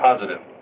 Positive